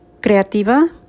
creativa